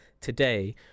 today